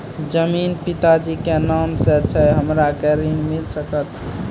जमीन पिता जी के नाम से छै हमरा के ऋण मिल सकत?